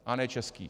A ne českých.